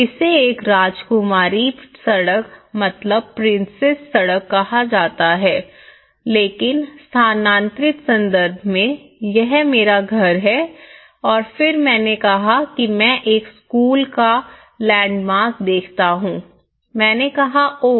इसे एक राजकुमारी सड़क कहा जाता है लेकिन स्थानांतरित संदर्भ में यह मेरा घर है और फिर मैंने कहा कि मैं एक स्कूल का लैंडमार्क देता हूं मैंने कहा ओह